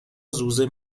زوزه